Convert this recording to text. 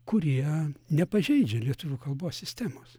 kurie nepažeidžia lietuvių kalbos sistemos